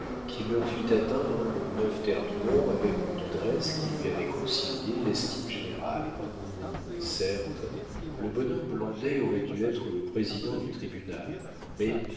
qu'il leur fit atteindre au neuf thermidor avec une adresse qui lui avait concilié l'estime générale certes le bonhomme blondet aurait dû être président du tribunal mais